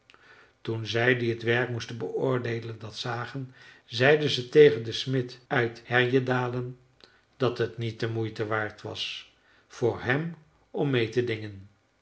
toen zij die t werk moesten beoordeelen dat zagen zeiden ze tegen den smid uit härjedalen dat het niet de moeite waard was voor hem om meê te dingen